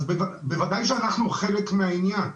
אז בוודאי שאנחנו חלק מהעניין.